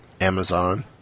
Amazon